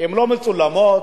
לא מצולמות,